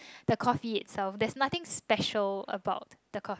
the coffee itself there's nothing special about the coffee